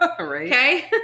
Okay